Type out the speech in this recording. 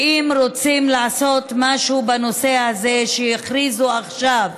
ואם רוצים לעשות משהו בנושא הזה, שיכריזו עכשיו,